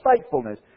faithfulness